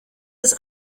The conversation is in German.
des